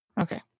Okay